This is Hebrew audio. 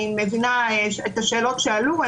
אני מבינה את השאלות שעלו,